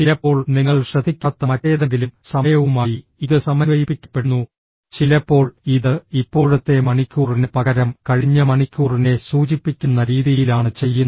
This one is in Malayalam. ചിലപ്പോൾ നിങ്ങൾ ശ്രദ്ധിക്കാത്ത മറ്റേതെങ്കിലും സമയവുമായി ഇത് സമന്വയിപ്പിക്കപ്പെടുന്നു ചിലപ്പോൾ ഇത് ഇപ്പോഴത്തെ മണിക്കൂറിന് പകരം കഴിഞ്ഞ മണിക്കൂറിനെ സൂചിപ്പിക്കുന്ന രീതിയിലാണ് ചെയ്യുന്നത്